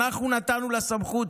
אנחנו נתנו לה סמכות.